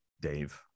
Dave